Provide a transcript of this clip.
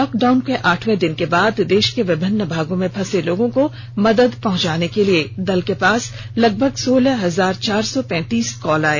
lockdown के आठवें दिन के बाद देश के विभिन्न भागों में फंसे लोगों को मदद पहंचाने के लिए दल के पास लगभग सोलह हजार चार सौ पैंतीस कॉल आए